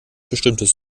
bestimmtes